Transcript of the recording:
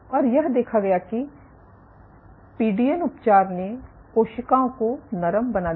और यह देखा गया कि पीडीएन उपचार ने कोशिकाओं को नरम बना दिया